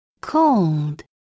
cold